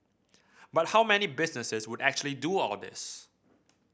but how many businesses would actually do all this